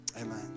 Amen